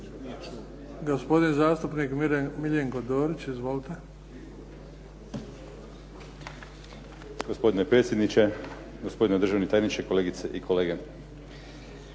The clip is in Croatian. Gospodin zastupnik Petar Mlinarić. Izvolite.